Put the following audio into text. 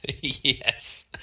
Yes